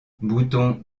bouton